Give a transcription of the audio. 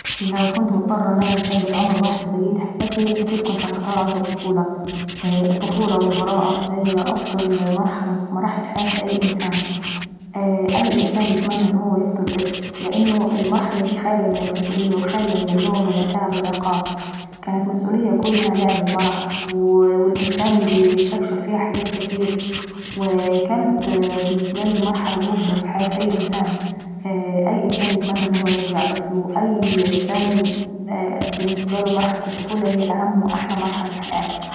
لو كنت مضطرة ان انا نثبت عمر واحد بقية حياتي أكيد كنت هنختار عمر الطفولة. الطفولة والبراءة هي افضل مرحلة في مراحل حياة أي انسان، لان المرحلة داي خالية من المسئولية وخالية من اللوم والعتاب والعقاب. كانت مسئولية كلها لعب ومرح والانسان كان بيستكشف فيها كاتير، وأي انسان يتمنى يرجع طقل وأي إنسان بالنسبة له مرحلة الطفولة هي احلى وأهم مرحلة في حياته.